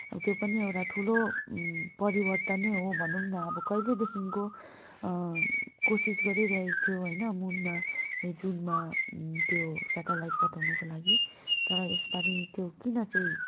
अब त्यो पनि एउटा ठुलो परिवर्तन नै हो भनौँ न अब कहिलेदेखिको कोसिस गरिरहेको थियो होइन मुनमा ए जुनमा त्यो सेटलाइट पठाउनुको लागि तर यसपालि त्यो किन चाहिँ